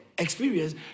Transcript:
experience